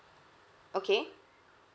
okay